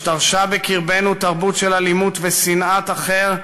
השתרשה בקרבנו תרבות של אלימות ושנאת האחר,